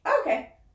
Okay